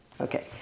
Okay